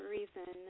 Reason